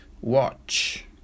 Watch